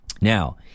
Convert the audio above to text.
Now